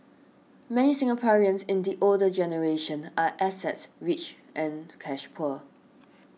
many Singaporeans in the older generation are assets rich and cash poor